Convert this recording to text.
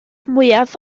mwyaf